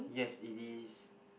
yes it is